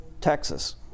Texas